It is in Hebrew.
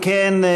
אם כן,